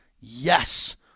Yes